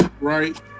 right